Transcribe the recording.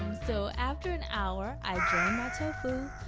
so after an hour, i drained my tofu,